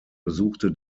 besuchte